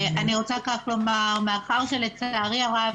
מאחר שלצערי הרב,